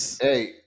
hey